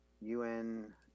UN